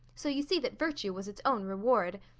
so you see that virtue was its own reward.